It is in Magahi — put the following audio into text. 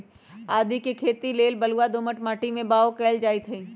आदीके खेती लेल बलूआ दोमट माटी में बाओ कएल जाइत हई